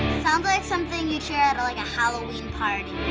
sounds like something you'd hear at a like halloween party.